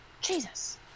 Jesus